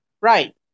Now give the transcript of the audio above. Right